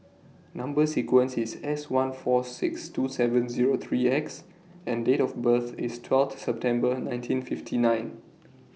Number sequence IS S one four six two seven Zero three X and Date of birth IS twelfth September nineteen fifty nine